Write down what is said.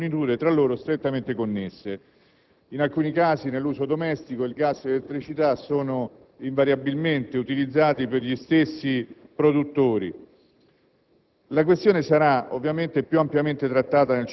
tra provvedimenti minimi di base riguardanti forniture tra loro strettamente connesse (in alcuni casi nell'uso domestico il gas e l'elettricità sono invariabilmente utilizzati per gli stessi produttori).